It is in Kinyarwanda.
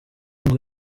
ngo